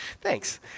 Thanks